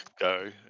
go